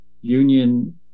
union